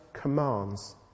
commands